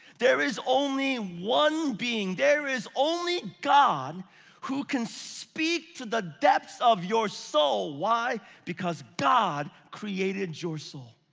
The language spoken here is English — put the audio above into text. there is only one being. there is only god who can speak to the depths of your soul. why, because god created your soul.